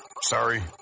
Sorry